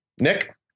Nick